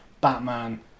Batman